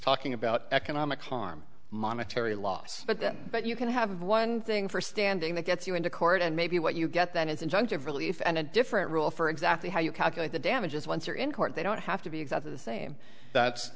talking about economic harm monetary loss but then you can have one thing for standing that gets you into court and maybe what you get then is injunctive relief and a different rule for exactly how you calculate the damages once you're in court they don't have to be exactly the same that's